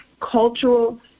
cultural